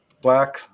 black